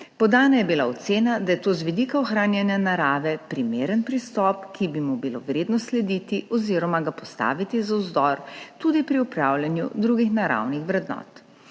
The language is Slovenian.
Podana je bila ocena, da je to z vidika ohranjanja narave primeren pristop, ki bi mu bilo vredno slediti oziroma ga postaviti za vzor tudi pri upravljanju drugih naravnih vrednot.